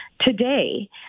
today